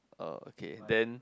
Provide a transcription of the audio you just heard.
oh okay then